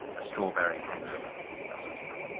strawberry hangover doesn't help.